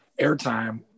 airtime